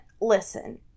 listen